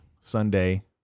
Sunday